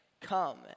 come